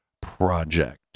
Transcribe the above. project